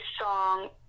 song